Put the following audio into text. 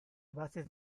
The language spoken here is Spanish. bases